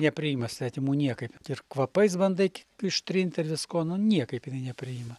nepriima svetimų niekaip ir kvapais bandai ištrinti ir viskuo nu niekaip jinai nepriima